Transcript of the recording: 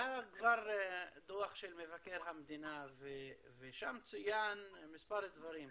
היה כבר דוח של מבקר המדינה ושם צוינו מספר דברים,